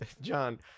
John